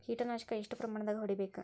ಕೇಟ ನಾಶಕ ಎಷ್ಟ ಪ್ರಮಾಣದಾಗ್ ಹೊಡಿಬೇಕ?